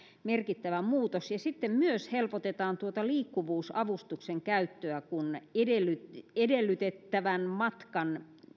merkittävä muutos ja sitten myös helpotetaan tuota liikkuvuusavustuksen käyttöä kun edellytettävän edellytettävän matkan